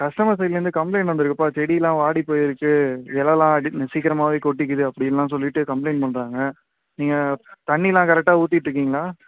customer சைட்லந்து complaint வந்துருக்குபா செடி எல்லாம் வாடி போயி இருக்கு இலலாம் சீ சீக்கிரமாகவே கொட்டிக்கிது அப்படிலா சொல்லிவிட்டு கம்ப்ளைண்ட் பண்ணுறாங்க நீங்கள் தண்ணி எல்லாம் கரெக்டாக ஊற்றிட்டு இருக்கீங்களா